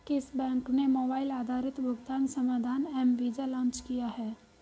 किस बैंक ने मोबाइल आधारित भुगतान समाधान एम वीज़ा लॉन्च किया है?